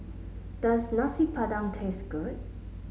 does Nasi Padang taste good